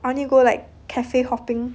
I only go like cafe hopping